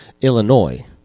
Illinois